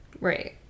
Right